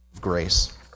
grace